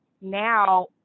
now